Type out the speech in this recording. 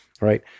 right